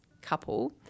couple